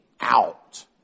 out